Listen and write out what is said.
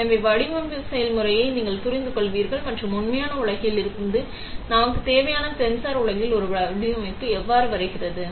எனவே வடிவமைப்பு செயல்முறையை நீங்கள் புரிந்துகொள்வீர்கள் மற்றும் உண்மையான உலகில் இருந்து நமது தேவைகள் சென்சார் உலகில் ஒரு வடிவமைப்பிற்கு எவ்வாறு வருகிறது